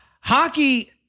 Hockey